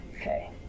Okay